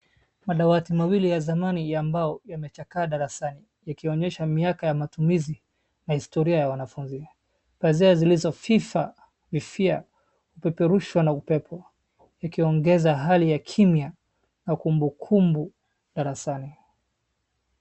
Madawati mawili ya zamani ya mbao yamechakaa darasni yakionyesha miaka ya matumizina historia ya wanafunzi. Pazia zilizofifia kupeperushwa na upepo yakiongeza hali ya kimya au kumbukumbu darsani.